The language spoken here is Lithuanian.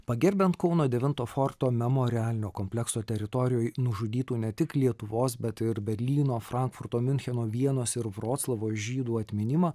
pagerbiant kauno devinto forto memorialinio komplekso teritorijoj nužudytų ne tik lietuvos bet ir berlyno frankfurto miuncheno vienos ir vroclavo žydų atminimą